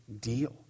deal